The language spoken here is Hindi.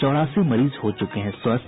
चौरासी मरीज हो चुके हैं स्वस्थ